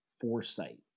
foresight